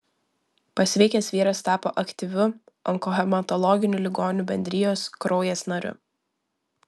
pasveikęs vyras tapo aktyviu onkohematologinių ligonių bendrijos kraujas nariu